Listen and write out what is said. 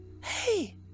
Hey